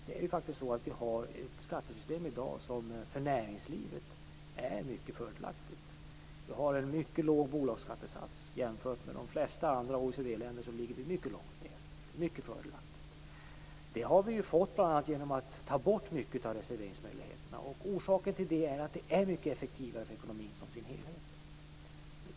Det är faktiskt så att vi i dag har ett skattesystem som är mycket fördelaktigt för näringslivet. Vi har en mycket låg bolagsskattesats. Jämfört med de flesta andra OECD-länder ligger vi mycket långt ner på skalan. Det är mycket fördelaktigt. Det har vi fått bl.a. genom att ta bort mycket av reserveringsmöjligheterna. Orsaken är att det är mycket effektivare för ekonomin som helhet.